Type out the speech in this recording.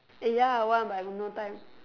eh ya I want but I got no time